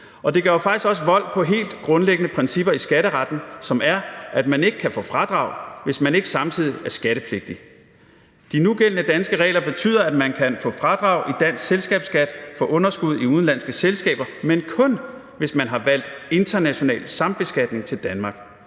Det gør jo faktisk også vold på helt grundlæggende principper i skatteretten, som er, at man ikke kan få fradrag, hvis man ikke samtidig er skattepligtig. De nugældende danske regler betyder, at man kan få fradrag i dansk selskabsskat for underskud i udenlandske selskaber, men kun hvis man har valgt international sambeskatning til Danmark.